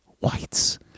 whites